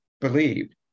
believed